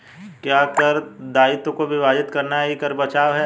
क्या कर दायित्वों को विभाजित करना ही कर बचाव है?